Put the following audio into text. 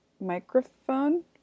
microphone